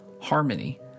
Harmony